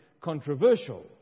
controversial